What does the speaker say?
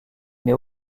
mais